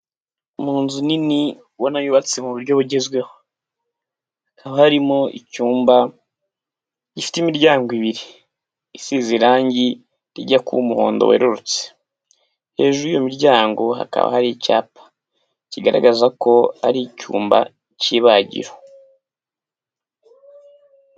Mu nzu nini ubona yubatse mu buryo bugezweho, hakaba harimo icyumba gifite imiryango ibiri isize irangi rijya kuba umuhondo werurutse, hejuru y'iyo miryango hakaba hari icyapa kigaragaza ko ari icyuma cy'ibagiro.